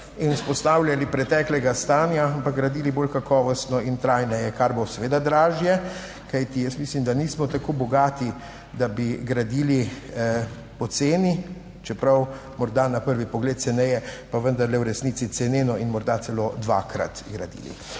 in vzpostavljali preteklega stanja, ampak gradili bolj kakovostno in trajneje, kar bo seveda dražje. Kajti jaz mislim, da nismo tako bogati, da bi gradili po ceni, čeprav morda na prvi pogled ceneje, pa vendarle v resnici ceneno in morda celo dvakrat gradili.